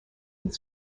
with